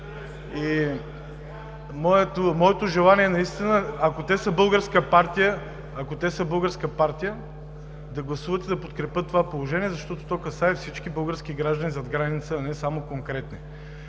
Моето желание е наистина, ако те са българска партия, да гласуват и да подкрепят това предложение, защото то касае всички български граждани зад граница, а не само конкретни.